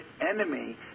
enemy